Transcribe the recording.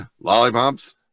Lollipops